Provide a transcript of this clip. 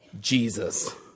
Jesus